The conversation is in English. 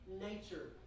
nature